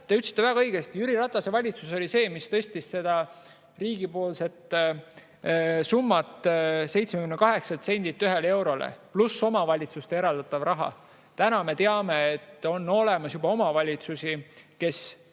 te ütlesite väga õigesti: Jüri Ratase valitsus oli see, mis tõstis seda riigipoolset summat 78 sendilt 1 eurole, pluss omavalitsustele eraldatav raha. Täna me teame, et on olemas omavalitsusi, kes